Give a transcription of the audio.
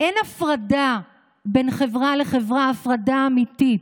אין הפרדה בין חברה לחברה, הפרדה אמיתית.